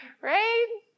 right